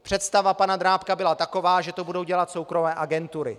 Představa pana Drábka byla taková, že to budou dělat soukromé agentury.